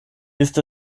ist